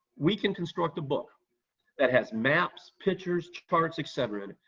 we can construct a book that has maps, pictures, charts, etc, in it,